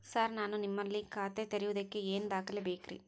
Sir ನಾನು ನಿಮ್ಮಲ್ಲಿ ಖಾತೆ ತೆರೆಯುವುದಕ್ಕೆ ಏನ್ ದಾಖಲೆ ಬೇಕ್ರಿ?